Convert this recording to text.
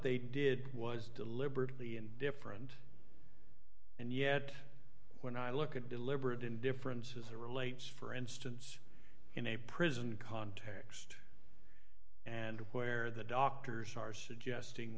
they did was deliberately and different and yet when i look at deliberate indifference as it relates for instance in a prison context and where the doctors are suggesting